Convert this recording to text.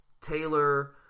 Taylor